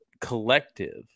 collective